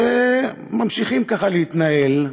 וממשיכים ככה להתנהל,